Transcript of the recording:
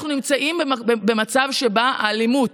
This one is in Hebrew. אנחנו נמצאים במצב שבו האלימות,